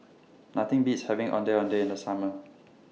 Nothing Beats having Ondeh Ondeh in The Summer